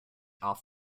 off